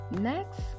next